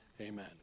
Amen